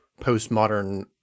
postmodern